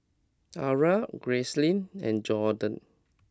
Ara Gracelyn and Jaydon